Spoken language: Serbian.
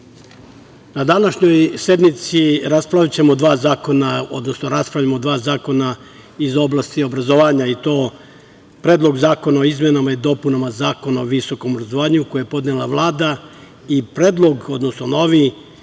na današnjoj sednici raspravljamo o dva zakona iz oblasti obrazovanja, i to Predlog zakona o izmenama i dopunama Zakona o visokom obrazovanju, koji je podnela Vlada i novi